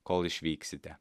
kol išvyksite